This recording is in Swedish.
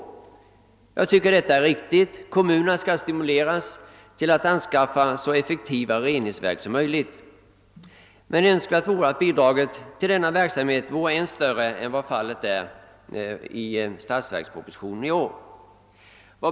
Detta är enligt min mening riktigt; kommunerna skall stimuleras till att anskaffa så effektiva reningsverk som möjligt. Men det skulle ha varit önskvärt att bidraget till denna verksamhet varit större än vad som föreslås i statsverkspropositionen i år.